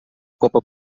copa